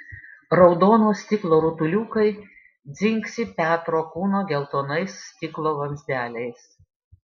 raudono stiklo rutuliukai dzingsi petro kūno geltonais stiklo vamzdeliais